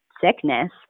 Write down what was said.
sickness